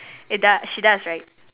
it does she does right